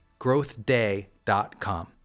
growthday.com